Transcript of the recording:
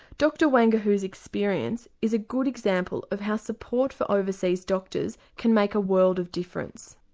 dr wanguhu's experience is a good example of how support for overseas doctors can make a world of difference.